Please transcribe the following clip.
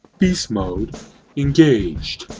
beast mode engaged.